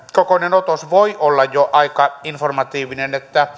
kokoinen otos voi olla jo aika informatiivinen